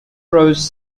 rose